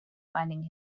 finding